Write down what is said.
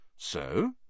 So